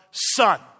Son